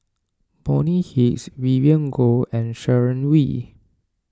Bonny Hicks Vivien Goh and Sharon Wee